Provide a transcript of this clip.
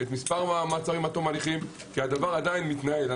והמעצרים עד תום ההליכים כי זה עדיין מתנהל,